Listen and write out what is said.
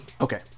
okay